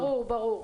ברור.